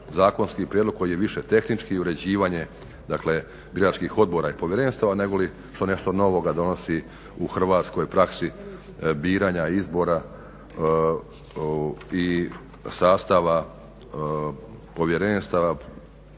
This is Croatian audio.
zakonski prijedlog koji je više tehnički, uređivanje dakle biračkih odbora i povjerenstava negoli što nešto novoga donosi u Hrvatskoj praksi biranja izbora i sastava povjerenstava